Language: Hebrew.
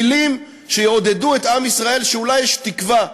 מילים שיעודדו את עם ישראל שאולי יש תקווה,